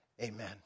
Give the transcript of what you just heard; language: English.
amen